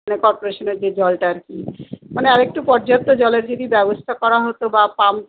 মানে কর্পোরেশনের যে জলটা আর কি মানে আরেকটু পর্যাপ্ত জলের যদি ব্যবস্থা করা হতো বা পাম্প